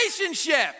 Relationship